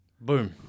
Boom